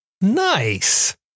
Nice